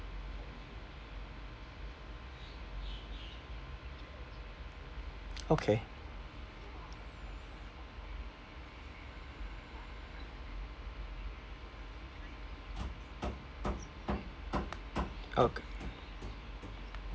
okay okay